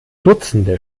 dutzende